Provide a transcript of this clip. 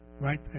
right